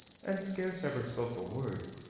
and scarce ever spoke a word,